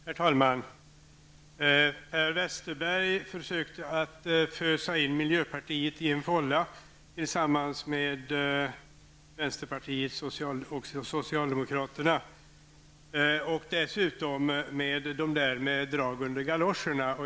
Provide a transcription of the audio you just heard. Herr talman! Per Westerberg försökte fösa in miljöpartiet i en fålla tillsammans med vänsterpartiet och socialdemokraterna -- och dessutom med de där personerna med drag under galoscherna.